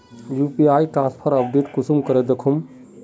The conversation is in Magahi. यु.पी.आई ट्रांसफर अपडेट कुंसम करे दखुम?